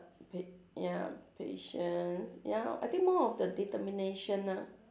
wait ya patience ya I think more of the determination ah